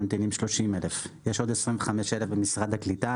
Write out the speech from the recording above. ממתינים 30,000. יש עוד 25,000 במשרד הקליטה.